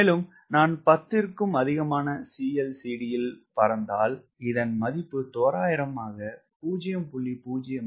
மேலும் நான் 10திற்கும் அதிகமான CLCD ல் பறந்தால் இதன் மதிப்பு தோராயமாக 0